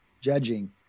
judging